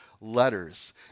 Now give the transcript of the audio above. letters